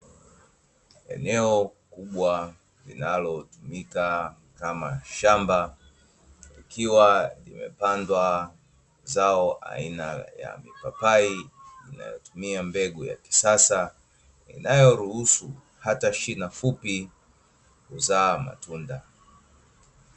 Eneo kubwa linalotumika kama shamba, likiwa limepandwa zao aina ya mipapai inayotumia mbegu ya kisasa, inayoruhusu hata shina fupi kuzaa matunda.